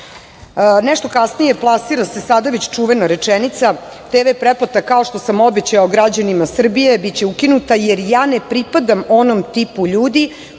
kasnije plasira se sada već čuvena rečenica: " TV pretplata, kao što sam obećao građanima Srbije, biće ukinuta, jer ja ne pripadam onom tipu ljudi